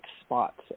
spots